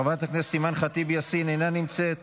חברת הכנסת אימאן ח'טיב יאסין, אינה נמצאת,